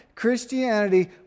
Christianity